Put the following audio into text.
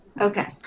Okay